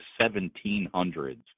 1700s